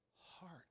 heart